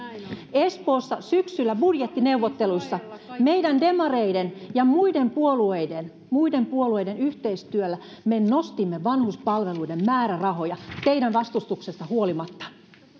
espoossa syksyllä budjettineuvotteluissa meidän demareiden ja muiden puolueiden muiden puolueiden yhteistyöllä me nostimme vanhuspalveluiden määrärahoja teidän vastustuksestanne huolimatta